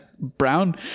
Brown